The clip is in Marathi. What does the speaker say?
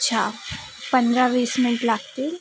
अच्छा पंधरा वीस मिनिट लागतील